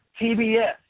TBS